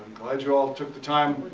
glad you all took the time